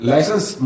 License